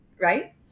right